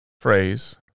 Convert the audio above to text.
phrase